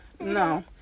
No